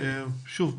שוב,